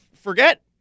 forget